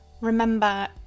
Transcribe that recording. remember